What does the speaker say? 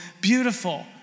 beautiful